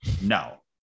No